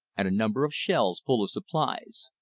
and a number of shelves full of supplies.